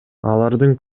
алардын